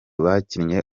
bakinnye